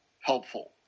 helpful